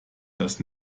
das